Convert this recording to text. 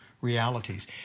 realities